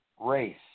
race